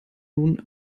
nun